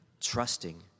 trusting